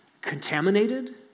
contaminated